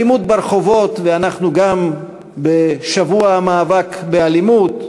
אלימות ברחובות, ואנחנו גם בשבוע המאבק באלימות,